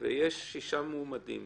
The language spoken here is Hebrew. זו הבחנה עניינית.